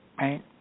Right